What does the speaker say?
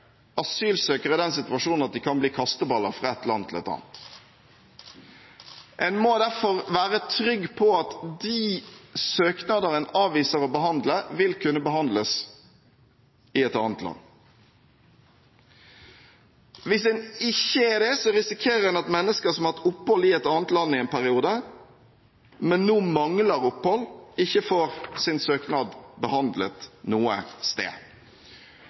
asylsøkere i den situasjonen at de kan bli kasteballer fra et land til et annet. En må derfor være trygg på at de søknader en avviser å behandle, vil kunne behandles i et annet land. Hvis en ikke er det, risikerer en at mennesker som har hatt opphold i et annet land i en periode, men nå mangler opphold, ikke får sin søknad behandlet noe sted.